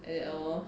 like that lor